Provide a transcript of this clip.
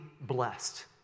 blessed